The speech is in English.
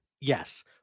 Yes